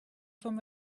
from